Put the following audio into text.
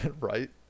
right